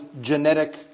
genetic